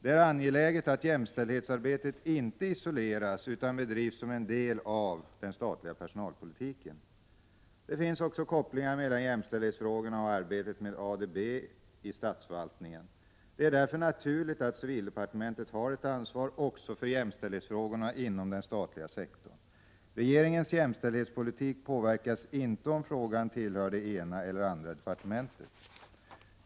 Det är angeläget att jämställdhetsarbetet inte isoleras utan bedrivs som en del av den statliga personalpolitiken. Det finns också kopplingar mellan jämställdhetsfrågorna och arbetet med ADB-frågorna i statsförvaltningen. Det är därför naturligt att civildepartementet har ett ansvar också för jämställdhetsfrågorna inom den statliga sektorn. Regeringens jämställdhetspolitik påverkas inte av om frågan tillhör det ena eller andra departementet.